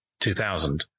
2000